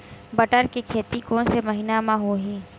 बटर के खेती कोन से महिना म होही?